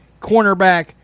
cornerback